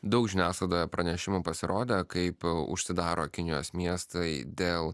daug žiniasklaidoje pranešimų pasirodė kaip užsidaro kinijos miestai dėl